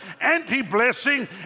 anti-blessing